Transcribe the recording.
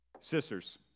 sisters